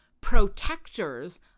protectors